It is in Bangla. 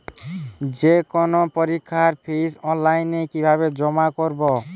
যে কোনো পরীক্ষার ফিস অনলাইনে কিভাবে জমা করব?